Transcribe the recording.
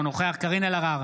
אינו נוכח קארין אלהרר,